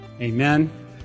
Amen